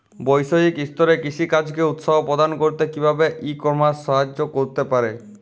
বৈষয়িক স্তরে কৃষিকাজকে উৎসাহ প্রদান করতে কিভাবে ই কমার্স সাহায্য করতে পারে?